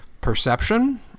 perception